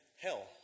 Hell